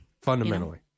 Fundamentally